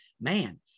man –